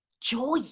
joy